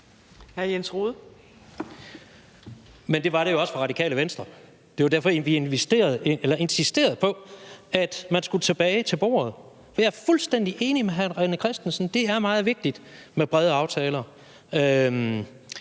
Det var det jo også for Radikale Venstre. Det var derfor, vi insisterede på, at man skulle tilbage til bordet. Jeg er fuldstændig enig med hr. René Christensen: Det er meget vigtigt med brede aftaler.